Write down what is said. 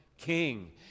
king